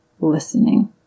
listening